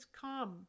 come